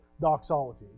doxology